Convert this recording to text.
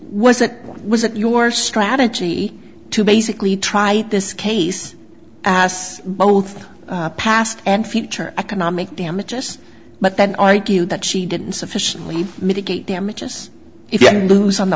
was it was it your strategy to basically try this case ass both past and future economic damages but that argue that she didn't sufficiently mitigate damages if you lose on the